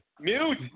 Mute